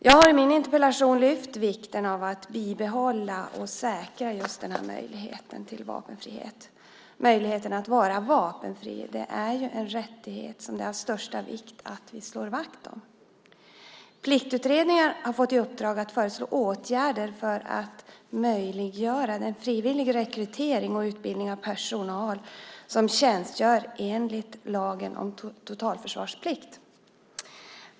Jag har i min interpellation lyft fram vikten av att bibehålla och säkra den här möjligheten till vapenfrihet. Möjligheten att vara vapenfri är en rättighet som det är av största vikt att vi slår vakt om. Pliktutredningen har fått i uppdrag att föreslå åtgärder för att möjliggöra frivillig rekrytering och utbildning av personal som tjänstgör enligt lagen om totalförsvarsplikt.